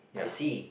I see